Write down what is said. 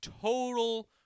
total